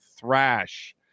Thrash